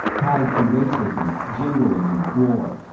tied to racism, jingoism, war.